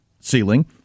Ceiling